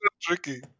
tricky